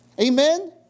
Amen